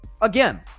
Again